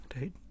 Right